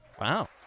Wow